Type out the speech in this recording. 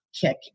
kick